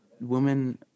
women